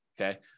Okay